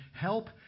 help